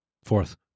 Fourth